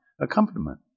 accompaniment